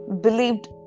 believed